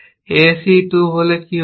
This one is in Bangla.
A C 2 হলে কি হতো